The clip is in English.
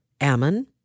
Ammon